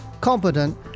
competent